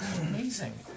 Amazing